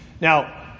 Now